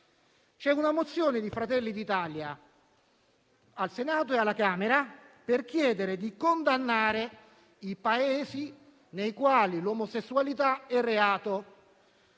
C'è una mozione di Fratelli d'Italia al Senato e alla Camera per chiedere di condannare i Paesi nei quali l'omosessualità è reato: